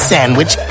Sandwich